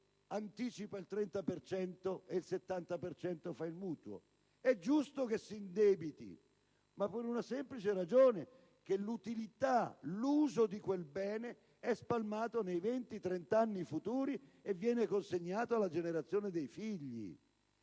per il 70 per cento accende il mutuo. È giusto che si indebiti, ma per la semplice ragione che l'utilità, l'uso di quel bene, è spalmato nei venti-trent'anni futuri e viene consegnato alla generazione dei figli.